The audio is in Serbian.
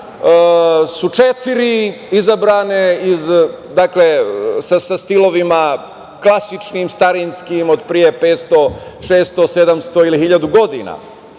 su četiri izabrane sa stilovima klasičnim, starinskim, pre 500, 600, 700 ili 1.000 godina.